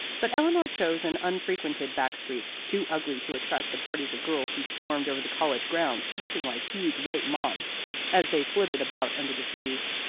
but eleanor chose an unfrequented back street, too ugly to attract the parties of girls who swarmed over the college grounds, looking like huge white moths as they flitted about under the trees.